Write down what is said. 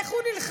איך הוא נלחם,